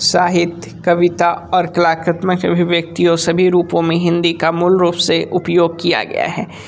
साहित्य कविता और कलाकृत में कभी भी व्यक्तियों सभी रूपों में हिंदी का मूल रूप से उपयोग किया गया है